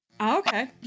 Okay